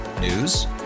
News